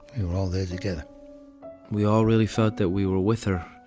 we were all there together we all really felt that we were with her,